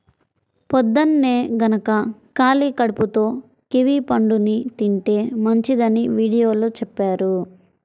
పొద్దన్నే గనక ఖాళీ కడుపుతో కివీ పండుని తింటే మంచిదని వీడియోలో చెప్పారు